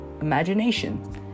imagination